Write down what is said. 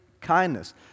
kindness